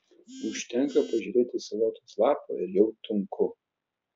užtenka pažiūrėti į salotos lapą ir jau tunku